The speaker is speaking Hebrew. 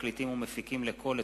מקליטים ומפיקים לקול,